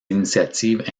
initiatives